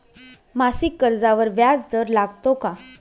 मासिक कर्जावर व्याज दर लागतो का?